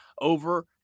over